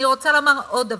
אני רוצה לומר עוד דבר.